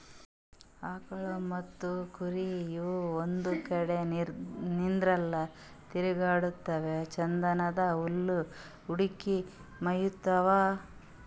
ಆಕಳ್ ಮತ್ತ್ ಕುರಿ ಇವ್ ಒಂದ್ ಕಡಿ ನಿಂದ್ರಲ್ಲಾ ತಿರ್ಗಾಡಕೋತ್ ಛಂದನ್ದ್ ಹುಲ್ಲ್ ಹುಡುಕಿ ಮೇಯ್ತಾವ್